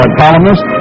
columnist